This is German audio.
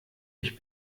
mich